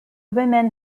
women